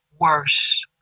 worse